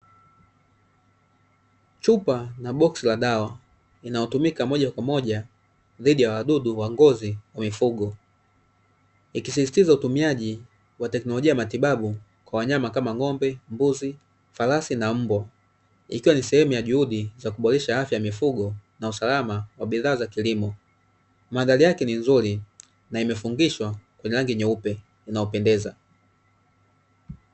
Chupa na boksi la dawa inayotumika moja kwa moja dhidi ya wadudu wa ngozi wa mifugo. Ikisisitiza utumiaji wa teknolojia ya matibabu kwa wanyama kama ng'ombe, mbuzi, farasi na mbwa. Ikiwa ni sehemu ya juhudi za kuboresha afya ya mifugo na usalama wa bidhaa za kilimo. Madhara yake ni nzuri na imefungishwa kwenye rangi nyeupe inayopendeza.